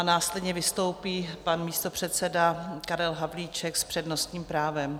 Následně vystoupí pan místopředseda Karel Havlíček s přednostním právem.